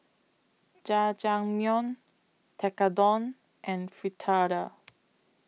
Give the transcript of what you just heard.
Jajangmyeon Tekkadon and Fritada